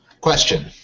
Question